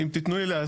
אם תתנו לי להסביר,